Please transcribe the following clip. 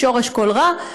היא שורש כל רע.